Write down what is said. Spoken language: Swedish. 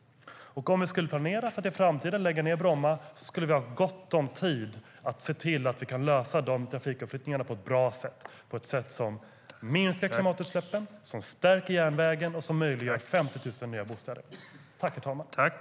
Om vi skulle planera för att i framtiden lägga ned Bromma skulle vi ha gott om tid att se till att vi kan lösa trafikomflyttningarna på ett bra sätt som minskar klimatutsläppen, stärker järnvägen och möjliggör 50 000 nya bostäder.